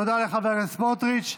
תודה לחבר הכנסת סמוטריץ'.